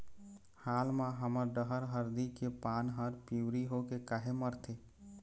हाल मा हमर डहर हरदी के पान हर पिवरी होके काहे मरथे?